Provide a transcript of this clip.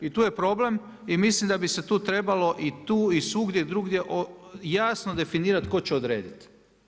I tu je problem i mislim da bi se tu trebalo i tu i svugdje drugdje jasno definirati tko će odrediti.